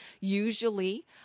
usually